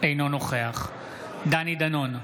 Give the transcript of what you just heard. אינו נוכח דני דנון,